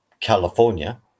california